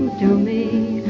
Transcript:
to me